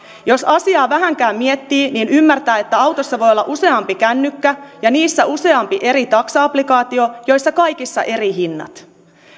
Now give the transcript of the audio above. jos asiaa vähänkään miettii ymmärtää että autossa voi olla useampi kännykkä ja niissä useampi eri taksa applikaatio joissa kaikissa eri hinnat